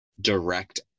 direct